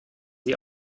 sie